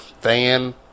fan